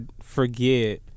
forget